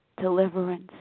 deliverance